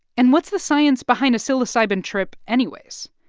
and what's the science behind a psilocybin trip anyways?